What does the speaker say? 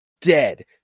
dead